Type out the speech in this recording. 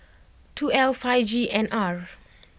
two L five G N R